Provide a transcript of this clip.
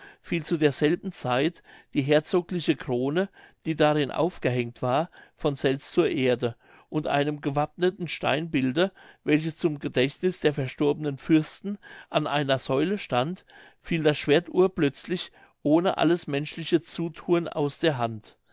fiel zu derselben zeit die herzogliche krone die darin aufgehängt war von selbst zur erde und einem gewappneten steinbilde welches zum gedächtniß der verstorbenen fürsten an einer säule stand fiel das schwert urplötzlich ohne alles menschliche zuthun aus der hand